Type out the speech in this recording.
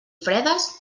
fredes